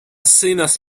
sõnas